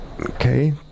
Okay